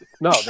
no